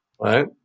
Right